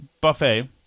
Buffet